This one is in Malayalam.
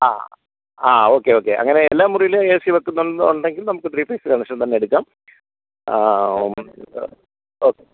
ആ ആ ഓക്കെ ഓക്കെ അങ്ങനെ എല്ലാ മുറിയിലും ഏ സി വെക്കുന്നുണ്ട് ഉണ്ടെങ്കിൽ നമുക്ക് ത്രീ ഫേസ് കണക്ഷൻ തന്നെ എടുക്കാം ഓക്കെ